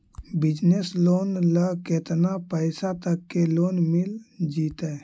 Business loan ल केतना पैसा तक के लोन मिल जितै?